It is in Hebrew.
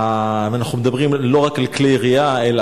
ואנחנו מדברים לא רק על כלי ירייה אלא